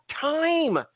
time